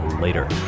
Later